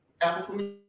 apple